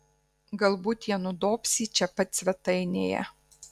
galbūt jie nudobs jį čia pat svetainėje